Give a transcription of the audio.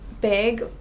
big